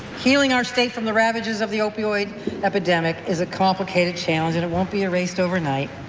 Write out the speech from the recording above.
healing our state from the ravages of the opioid epidemic is a complicated challenge and it won't be erased overnight.